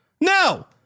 No